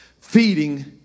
feeding